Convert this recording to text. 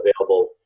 available